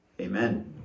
Amen